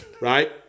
right